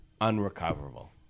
unrecoverable